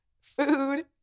food